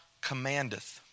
commandeth